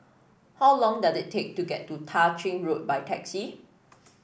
how long does it take to get to Tah Ching Road by taxi